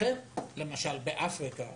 לכן, למשל, באפריקה